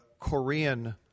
Korean